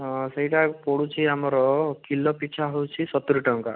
ହଁ ସେଇଟା ପଡ଼ୁଛି ଆମର କିଲୋ ପିଛା ହେଉଛି ସତୁରି ଟଙ୍କା